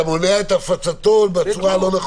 לא משנה, אבל אתה מונע את הפצתו בצורה הלא-נכונה.